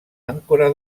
àncora